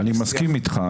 אני מסכים איתך.